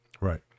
Right